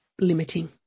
limiting